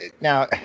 now